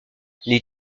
les